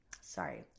Sorry